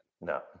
No